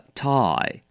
tie